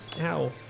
Ow